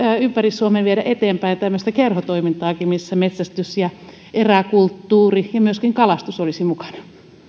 ympäri suomen viedä eteenpäin tämmöistä kerhotoimintaa missä metsästys ja eräkulttuuri ja myöskin kalastus olisi mukana